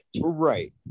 Right